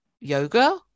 yoga